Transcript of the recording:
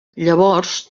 llavors